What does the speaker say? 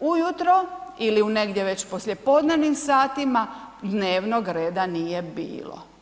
ujutro ili u negdje već poslijepodnevnim satima, dnevnog reda nije bilo.